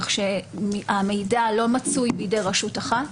כך שהמידע לא מצוי רק בידי רשות אחת.